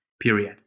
period